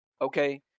Okay